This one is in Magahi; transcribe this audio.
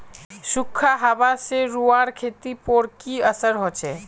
सुखखा हाबा से रूआँर खेतीर पोर की असर होचए?